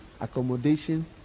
accommodation